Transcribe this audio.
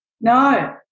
No